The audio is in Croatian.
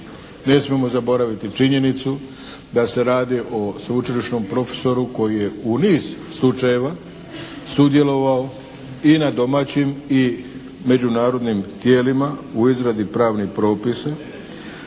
Ne smijemo zaboraviti činjenicu da se radi o sveučilišnom profesoru koji je u niz slučajeva sudjelovao i na domaćim i međunarodnim tijelima u izradi pravnih propisa.